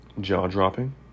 jaw-dropping